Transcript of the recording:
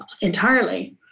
entirely